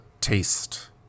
taste